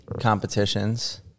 competitions